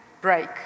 break